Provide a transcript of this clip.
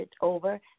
over